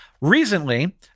Recently